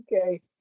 okay